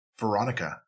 Veronica